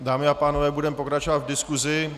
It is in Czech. Dámy a pánové, budeme pokračovat v diskusi.